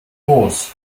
groß